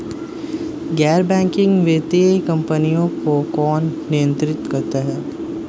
गैर बैंकिंग वित्तीय कंपनियों को कौन नियंत्रित करता है?